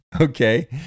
okay